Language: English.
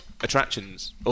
attractions